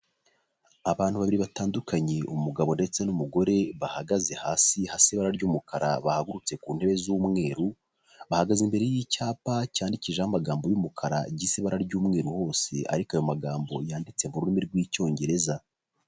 Abantu babiri batandukanye umugabo ndetse n'umugore, bahagaze hasi hasa ibara ry'umukara, bahagurutse ku ntebe z'umweru, bahagaze imbere y'icyapa cyandikishijeho amagambo y'umukara gisa ibara ry'umweru hose, ariko ayo magambo yanditse mu rurimi rw'lcyongereza.